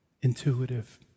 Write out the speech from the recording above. intuitive